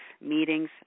meetings